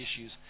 issues